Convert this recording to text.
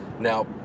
now